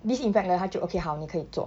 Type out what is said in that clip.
disinfect 了他就 okay 好你可以坐